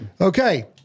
Okay